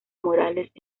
morales